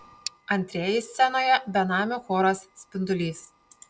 antrieji scenoje benamių choras spindulys